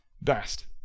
best